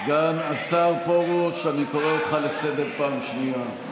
סגן השר פרוש, אני קורא אותך לסדר פעם שנייה.